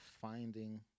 finding